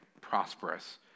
prosperous